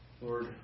Lord